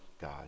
God